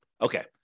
Okay